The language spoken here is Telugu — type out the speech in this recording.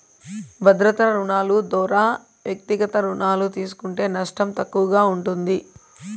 భద్రతా రుణాలు దోరా వ్యక్తిగత రుణాలు తీస్కుంటే నష్టం తక్కువగా ఉంటుంది